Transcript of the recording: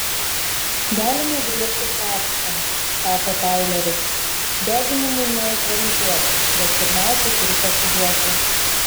galime griebtis acto sako taileris deginimui neutralizuoti bet pirmiausia turi pasiduoti